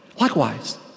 Likewise